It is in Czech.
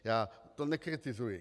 Já to nekritizuji.